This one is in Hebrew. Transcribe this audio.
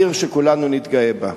עיר שכולנו נתגאה בה.